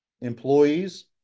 employees